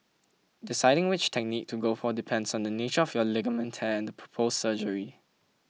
deciding which technique to go for depends on the nature of your ligament tear and the proposed surgery